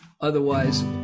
Otherwise